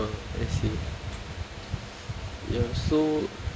oh I see ya so